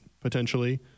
potentially